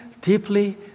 deeply